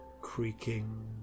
creaking